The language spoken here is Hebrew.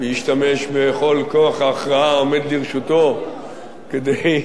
להשתמש בכל כוח ההכרעה העומד לרשותו כדי,